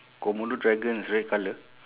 komodo dragon is red colour